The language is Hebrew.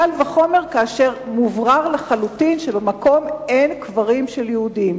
קל וחומר כאשר מובהר לחלוטין שבמקום אין קברים של יהודים.